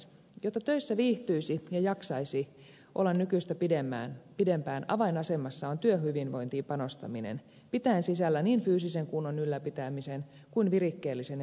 jotta töissä viihtyisi ja jaksaisi olla nykyistä pidempään avainasemassa on työhyvinvointiin panostaminen joka pitää sisällään niin fyysisen kunnon ylläpitämisen kuin virikkeellisen ja motivoivan työn